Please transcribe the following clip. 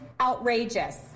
outrageous